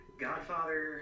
Godfather